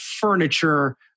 furniture